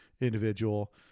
individual